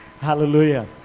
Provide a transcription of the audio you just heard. Hallelujah